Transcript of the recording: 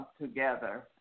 together